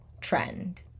trend